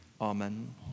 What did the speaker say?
Amen